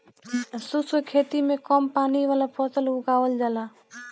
शुष्क खेती में कम पानी वाला फसल उगावल जाला